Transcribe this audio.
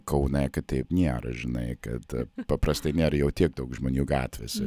kaune kad taip nėr žinai kad paprastai nėr jau tiek daug žmonių gatvėse